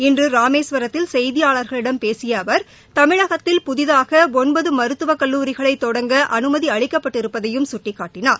இன்று ராமேஸ்வரத்தில் செய்தியாளர்களிடம் பேசிய அவர் தமிழகத்தில் புதிதாக ஒன்பது மருத்துவக் கல்லூரிகளை தொடங்க அனுமதி அளிக்கப்பட்டிருப்பதையும் சுட்டிக்காட்டினார்